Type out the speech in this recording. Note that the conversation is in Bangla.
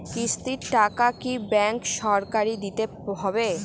কিস্তির টাকা কি ব্যাঙ্কে সরাসরি দিতে হবে?